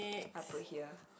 I put here